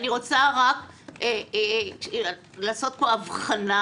אני רוצה לעשות פה הבחנה,